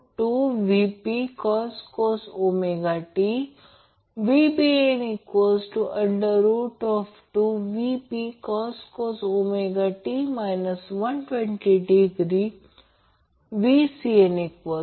तर याचा अर्थ संपूर्ण इन्स्टंटेनियस पॉवर वेळेपासून स्वतंत्र असल्याने Δ कनेक्टेड लोड किंवा स्टार कनेक्टेड लोडसाठी प्रति फेज अव्हरेज पॉवर p 3 असेल कारण ती एक बॅलन्सड सिस्टम आहे